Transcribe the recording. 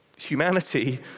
humanity